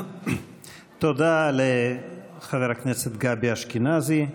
תודה לחבר הכנסת גבי אשכנזי.